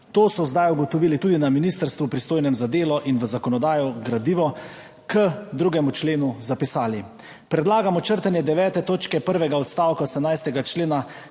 To so zdaj ugotovili tudi na ministrstvu, pristojnem za delo in v zakonodajo gradivo k 2. členu zapisali: predlagamo črtanje 9. točke prvega odstavka 17. člena.